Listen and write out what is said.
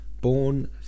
born